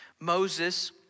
Moses